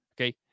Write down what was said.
Okay